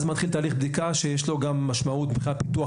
אז מתחיל תהליך בדיקה שיש לו גם משמעות מבחינת פיתוח